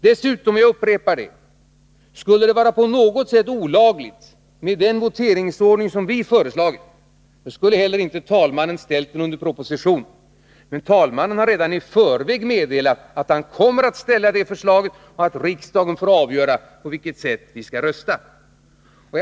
Jag upprepar att om den voteringsordning som vi föreslagit skulle vara på något sätt olaglig, skulle talmannen inte heller ställa den under proposition. Nr 50 Men talmannen har redan i förväg meddelat att han kommer att ställa det Onsdagen den förslaget under proposition och att riksdagen får avgöra vilken voterings — 15 december 1982 ordning som skall användas.